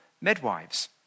midwives